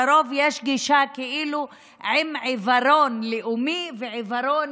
לרוב יש גישה של עיוורון לאומי ועיוורון